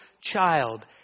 child